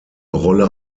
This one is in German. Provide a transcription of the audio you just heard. rolle